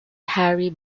hari